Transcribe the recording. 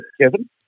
Kevin